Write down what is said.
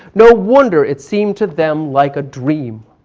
no wonder it seemed to them like a dream.